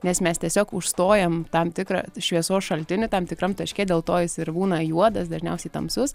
nes mes tiesiog užstojam tam tikrą šviesos šaltinį tam tikram taške dėl to jis ir būna juodas dažniausiai tamsus